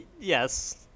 yes